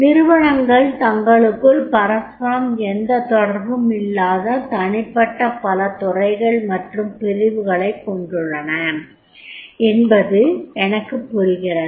நிறுவனங்கள் தங்களுக்குள் பரஸ்பரம் எந்தத் தொடர்பும் இல்லாத தனிப்பட்ட பல துறைகள் அல்லது பிரிவுகளைக் கொண்டுள்ளன என்பது எனக்குப் புரிகிறது